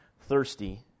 thirsty